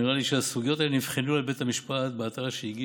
נראה לי שהסוגיות האלה נבחנו על ידי בית המשפט בעתירה שהגישו